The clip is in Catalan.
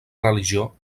religió